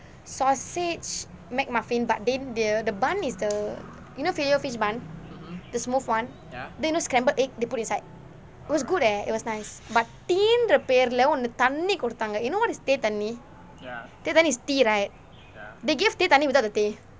sausage mcmuffin but then the the bun is the you know fillet-o-fish bun the smooth [one] then you know scrambled egg they put inside it was good eh it was nice but tea என்ற பெயரிலே ஒன்னு தண்ணி கொடுத்தாங்க:endra peyarile onnu thanni koduthaanga you know what is tea தண்ணி:thanni that [one] is tea right they gave teh தண்ணி:thanni without the teh